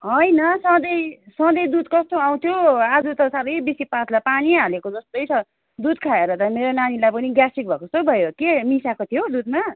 होइन सधैँ सधैँ दुध कस्तो आउँथ्यो आज त साह्रै बेसी पातला पानी हालेको जस्तै छ दुध खाएर त मेरो नानीलाई पनि ग्यास्ट्रिक भएको जस्तो भयो के मिसाएको थियो दुधमा